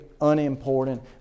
unimportant